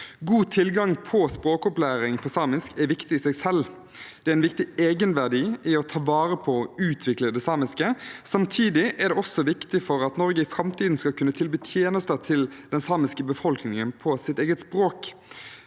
God tilgang til språkopplæring i samisk er viktig i seg selv. Det har en viktig egenverdi å ta vare på og utvikle det samiske. Samtidig er det viktig for at Norge i framtiden skal kunne tilby tjenester til den samiske befolkningen på deres eget språk.